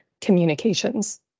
communications